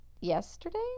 yesterday